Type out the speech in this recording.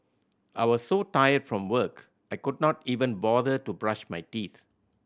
I was so tired from work I could not even bother to brush my teeth